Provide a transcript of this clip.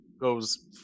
goes